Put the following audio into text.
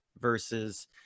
versus